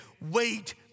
wait